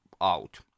out